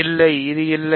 இல்லை இது இல்லை